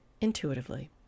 intuitively